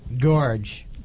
gorge